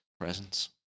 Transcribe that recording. presence